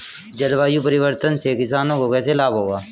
जलवायु परिवर्तन से किसानों को कैसे लाभ होगा?